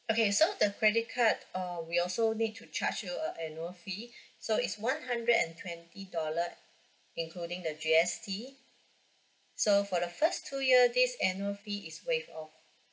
okay so the credit card uh we also need to charge you a annual fee so is one hundred and twenty dollar including the G_S_T so for the first two year this annual fee is waive off